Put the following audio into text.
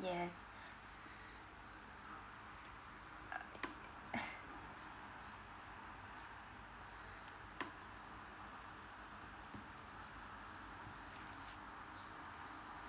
yes err